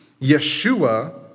Yeshua